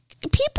people